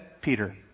Peter